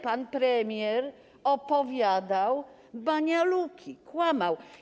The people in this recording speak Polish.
Pan premier opowiadał banialuki, kłamał.